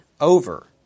over